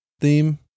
theme